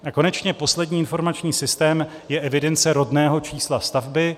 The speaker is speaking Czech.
A konečně poslední informační systém je evidence rodného čísla stavby.